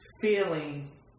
feeling